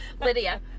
Lydia